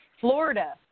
Florida